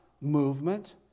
movement